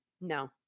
No